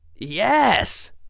Yes